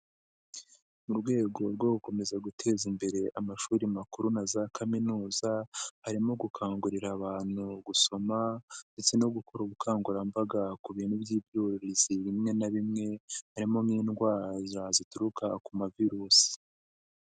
Mu rwego rwo gukomeza guteza imbere amashuri makuru na za kaminuza, harimo gukangurira abantu gusoma ndetse no gukora ubukangurambaga ku bintu by'ibyuririzi bimwe na bimwe, harimo nk'indwara zituruka ku mavirusi.